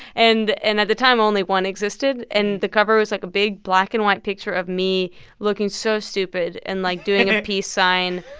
and and at the time, only one existed. and the cover was, like, a big black-and-white picture of me looking so stupid and, like, doing a peace sign.